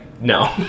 No